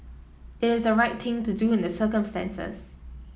it's the right thing to do in the circumstances